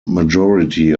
majority